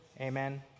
Amen